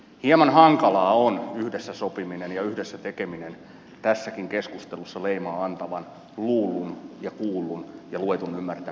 hieman hankalaa on yhdessä sopiminen ja yhdessä tekeminen tässäkin keskustelussa leimaa antavan luullun ja kuullun ja luetun ymmärtämisen tahallisen vääristelyn vuoksi